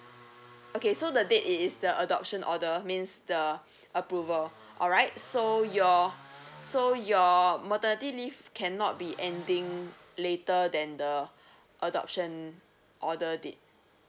okay so the date it is the adoption order means the approval alright so your so your maternity leave cannot be ending later than the adoption order date